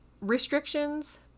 restrictions